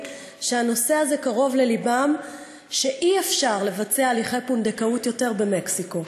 שהנושא הזה קרוב ללבם שאי-אפשר עוד לבצע הליכי פונדקאות במקסיקו.